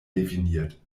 definiert